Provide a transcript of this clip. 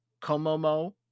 Komomo